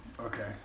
Okay